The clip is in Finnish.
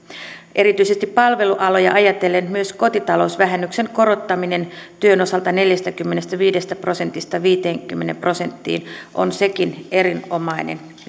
erityisesti palvelualoja ajatellen myös kotitalousvähennyksen korottaminen työn osalta neljästäkymmenestäviidestä prosentista viiteenkymmeneen prosenttiin on sekin erinomainen